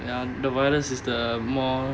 ya the virus is the more